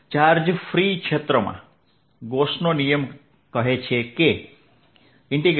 charge free ક્ષેત્રમાં ગૌસનો નિયમ કહે છે કે E